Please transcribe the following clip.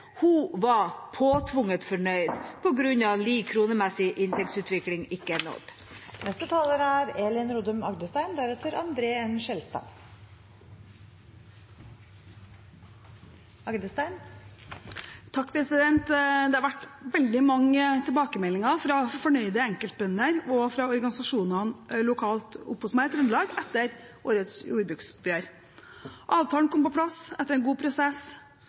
Hun var påtvunget fornøyd på grunn av at lik kronemessig inntektsutvikling ikke er nådd. Det har vært veldig mange tilbakemeldinger fra fornøyde enkeltbønder og fra organisasjonene lokalt oppe hos meg i Trøndelag etter årets jordbruksoppgjør. Avtalen kom på plass etter en god prosess.